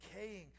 decaying